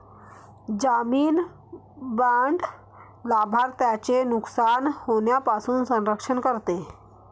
जामीन बाँड लाभार्थ्याचे नुकसान होण्यापासून संरक्षण करते